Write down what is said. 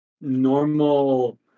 normal